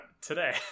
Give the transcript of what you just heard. today